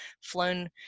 flown